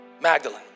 Magdalene